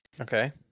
Okay